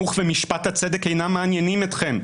החינוך ומשפט הצדק אינם מעניינים אתכם,